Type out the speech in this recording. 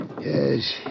Yes